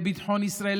לביטחון ישראל,